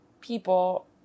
people